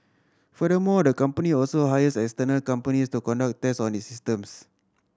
furthermore the company also hires external companies to conduct tests on its systems